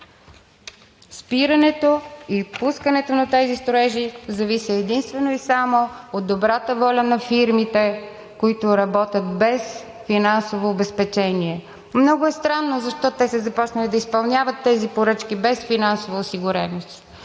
спирането и пускането на тези строежи зависи единствено и само от добрата воля на фирмите, които работят без финансово обезпечение. Много е странно защо те са започнали да изпълняват тези поръчки без финансова осигуреност?